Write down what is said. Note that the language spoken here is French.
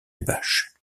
bâche